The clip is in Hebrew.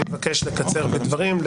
אני מבקש לקצר בדברים,